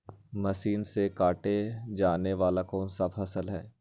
Machine से काटे जाने वाली कौन सी फसल है?